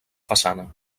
façana